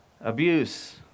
abuse